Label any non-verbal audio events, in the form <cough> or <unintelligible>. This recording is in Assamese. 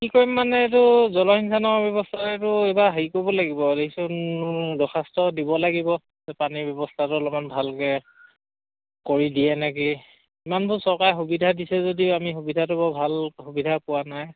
কি কৰিম মানে এইটো জলসিঞ্চনৰ ব্যৱস্থা এইটো এইবাৰ হেৰি কৰিব লাগিব <unintelligible> দৰ্খাস্ত দিব লাগিব পানীৰ ব্যৱস্থাটো অলপমান ভালকে কৰি দিয়ে নেকি ইমানবোৰ চৰকাৰে সুবিধা দিছে যদি আমি সুবিধাটো বৰ ভাল সুবিধা পোৱা নাই